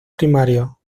primario